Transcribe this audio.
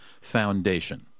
Foundation